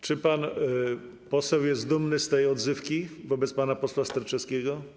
Czy pan poseł jest dumny z tej odzywki wobec pana posła Sterczewskiego?